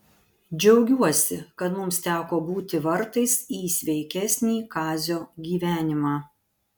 džiaugiuosi kad mums teko būti vartais į sveikesnį kazio gyvenimą